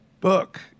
book